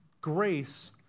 grace